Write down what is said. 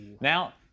Now